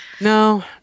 No